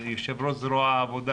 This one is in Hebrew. יושב ראש זרוע העבודה,